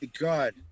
God